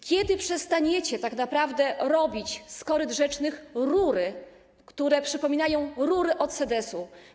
Kiedy przestaniecie tak naprawdę robić z koryt rzecznych rury, które przypominają rury od sedesu?